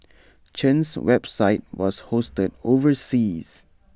Chen's website was hosted overseas